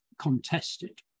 contested